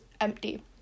empty